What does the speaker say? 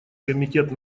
комитет